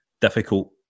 Difficult